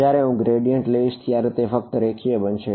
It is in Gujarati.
જયારે હું ગ્રેડિયન્ટ લઈશ ત્યારે તે ફક્ત રેખીય જ બનશે